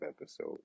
episode